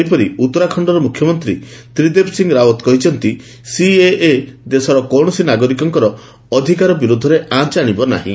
ସେହିପରି ଉତ୍ତରାଖଣ୍ଡର ମୁଖ୍ୟମନ୍ତ୍ରୀ ତ୍ରିଭେନ୍ଦ୍ର ସିଂ ରାଓ୍ୱତ କହିଛନ୍ତି ସିଏଏ ଦେଶର କୌଣସି ନାଗରିକଙ୍କର ଅଧିକାର ବିରୋଧରେ ଆଞ୍ଚ ଆଣିବ ନାହିଁ